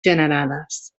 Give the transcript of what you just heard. generades